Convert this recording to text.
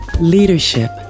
Leadership